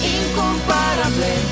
incomparable